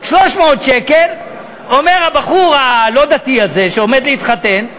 300 שקל, אומר הבחור הלא-דתי הזה שעומד להתחתן,